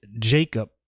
Jacob